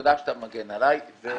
תודה שאתה מגן עליי.